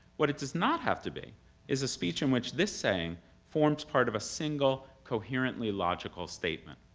what it does not have to be is a speech in which this saying forms part of a single, coherently logical statement.